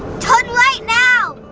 turn right now!